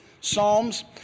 psalms